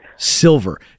Silver